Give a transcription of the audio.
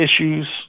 issues